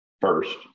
first